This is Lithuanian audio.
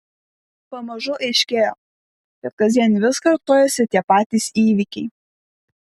pamažu aiškėja kad kasdien vis kartojasi tie patys įvykiai